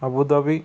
Abu Dhabi